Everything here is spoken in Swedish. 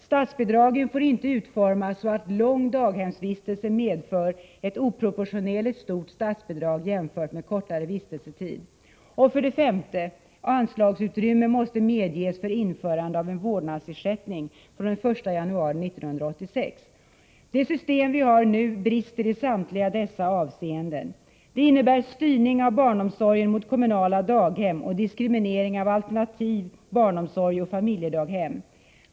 Statsbidragen får inte utformas så att lång daghemsvistelse medför ett oproportionerligt stort statsbidrag i förhållande till kortare vistelsetid. Det system vi har nu brister i samtliga dessa avseenden. Det innebär styrning av barnomsorgen mot kommunala daghem och diskriminering av alternativ barnomsorg och familjedaghem.